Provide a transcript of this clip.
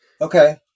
Okay